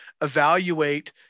evaluate